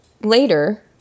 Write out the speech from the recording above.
later